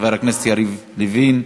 חבר הכנסת יריב לוין.